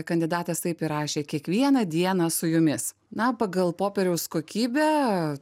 kandidatas taip ir rašė kiekvieną dieną su jumis na pagal popieriaus kokybę